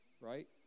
right